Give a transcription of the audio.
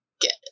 get